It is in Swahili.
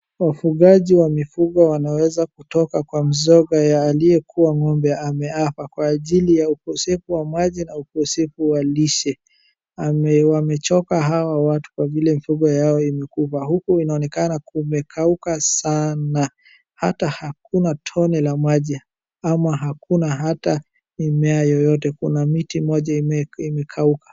Wafugaji wa mifugo wanaweza kutoka kwa mzoga ya aliyekuwa ng'ombe ameafa kwa ajili ya ukosefu wa maji na ukosefu wa lishe. Wamechoka hawa watu kwa vile mfugo yao imekufa. Huko inaonekana kumekauka sana. Hata hakuna tone la maji ama hakuna hata mimea yoyote. Kuna miti moja imekauka.